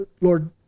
Lord